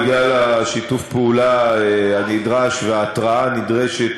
בגלל שיתוף הפעולה הנדרש וההתרעה הנדרשת